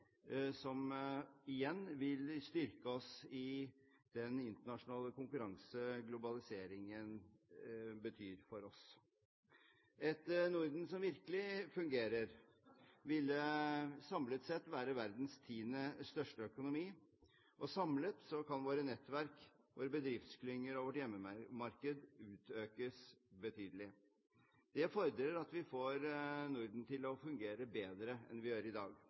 som igjen vil styrke oss i den internasjonale konkurranse globaliseringen betyr for oss. Et Norden som virkelig fungerer, ville samlet sett være verdens tiende største økonomi. Samlet kan våre nettverk, våre bedriftsklynger og vårt hjemmemarked økes betydelig. Det fordrer at vi får Norden til å fungere bedre enn vi gjør i dag.